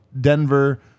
Denver